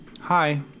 Hi